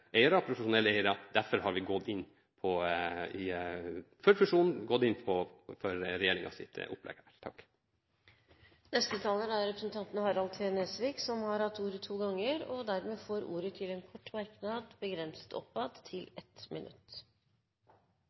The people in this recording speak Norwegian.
seriøse eiere og profesjonelle eiere. Derfor har vi i full fusjon gått inn for regjeringens opplegg. Representanten Harald T. Nesvik har hatt ordet to ganger og får ordet til en kort merknad, begrenset til 1 minutt.